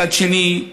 מצד שני,